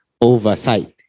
oversight